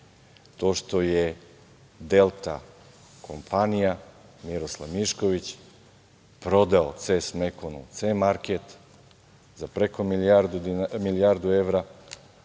to što je „Delta kompanija“, Miroslav Mišković prodao „Ces Mekonu“ i „C market“ za preko milijardu evra. Sad,